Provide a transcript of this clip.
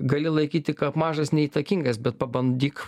gali laikyti kad mažas neįtakingas bet pabandyk